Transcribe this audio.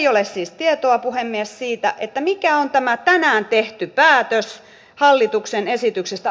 dole siis tietoa puhemies siitä että mikä on tämän kevään tehty päätös hallituksen esityksestä